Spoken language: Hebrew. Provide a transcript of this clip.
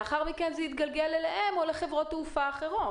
לאחר מכן זה יתגלגל אליהם ולחברות תעופה אחרות.